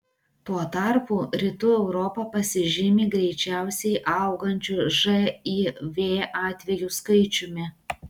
tuo tarpu rytų europa pasižymi greičiausiai augančiu živ atvejų skaičiumi